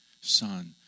Son